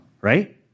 right